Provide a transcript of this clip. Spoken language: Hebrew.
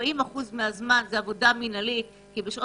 כ-40% מהזמן מוקדש לעבודה מנהלית כי בזמן